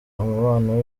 umubano